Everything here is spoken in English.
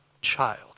child